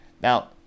Now